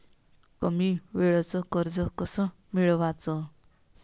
कमी वेळचं कर्ज कस मिळवाचं?